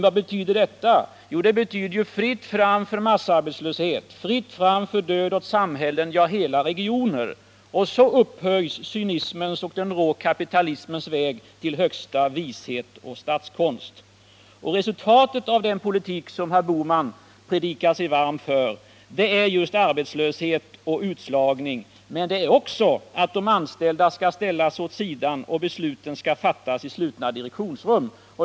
Vad betyder det? Jo, det betyder fritt fram för massarbetslöshet, fritt fram för död åt samhällen och hela regioner. Så upphöjs cynismens och den råa kapitalismens väg till högsta vishet och statskonst. Resultatet av den politik som herr Bohamn talar sig varm för är just arbetslöshet och utslagning. Men resultatet är också att de anställda skall ställas åt sidan och besluten fattas i slutna direktionsrum.